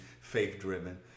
faith-driven